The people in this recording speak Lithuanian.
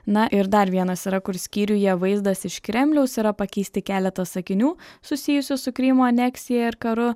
na ir dar vienas yra kur skyriuje vaizdas iš kremliaus yra pakeisti keletą sakinių susijusių su krymo aneksija ir karu